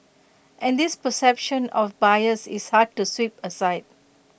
and this perception of bias is hard to sweep aside